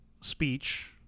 speech